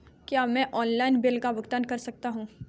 क्या मैं online bill का भुगतान कर सकता हूँ?